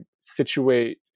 situate